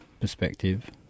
perspective